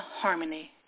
harmony